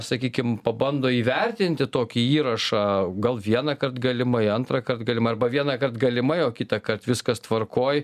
sakykim pabando įvertinti tokį įrašą gal vienąkart galimai antrąkart galimai arba vienąkart galimai o kitąkart viskas tvarkoj